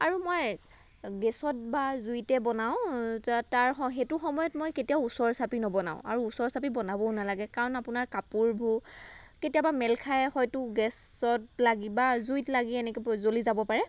আৰু মই গেছত বা জুইতে বনাওঁ তাৰ সেই সেইটো সময়ত মই কেতিয়াও ওচৰ চাপি নবনাওঁ আৰু ওচৰ চাপি বনাবও নালাগে কাৰণ আপোনাৰ কাপোৰবোৰ কেতিয়াবা মেল খাই হয়তো গেছত লাগি বা জুই লাগি এনেকৈ জ্বলি যাব পাৰে